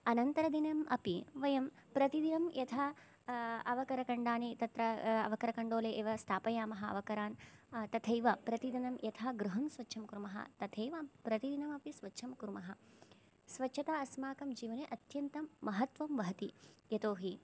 अनन्तरदिनम् अपि वयं प्रतिदिनं यथा अवकरकण्डानि तत्र अवकरकण्डोले एव स्थापयामः अवकरान् तथैव प्रतिदिनं यथा गृहं स्वच्छं कुर्मः तथैव प्रतिदिनमपि स्वच्छं कुर्मः स्वच्छता अस्माकं जीवने अत्यन्तं महत्वं वहति यतोहि